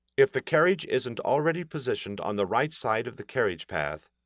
if the carriage isn't already positioned on the right side of the carriage path,